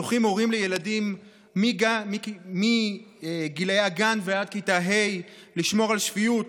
זוכים הורים לילדים מגיל הגן ועד כיתה ה' לשמור על שפיות,